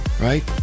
right